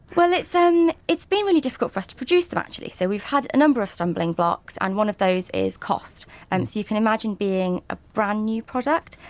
well it's um it's been really difficult for us to produce them actually. so, we've had a number of stumbling blocks and one of those is cost. so, and you can imagine being a brand-new product,